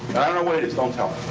i don't know what it is. don't tell